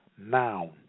noun